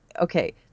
okay